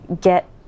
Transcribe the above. get